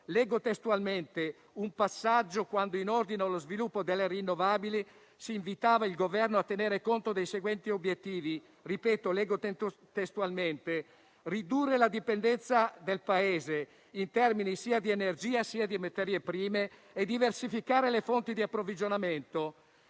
marzo 2021. In un passaggio, in ordine allo sviluppo delle rinnovabili, si invitava il Governo a tenere conto dei seguenti obiettivi: «ridurre la dipendenza del Paese in termini sia di energia, sia di materie prime e diversificare le fonti di approvvigionamento;